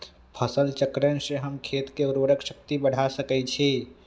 फसल चक्रण से हम खेत के उर्वरक शक्ति बढ़ा सकैछि?